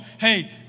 hey